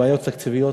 הבעיות התקציביות,